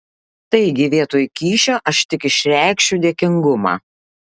taigi vietoj kyšio aš tik išreikšiu dėkingumą